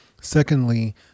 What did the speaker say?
Secondly